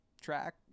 track